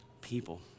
people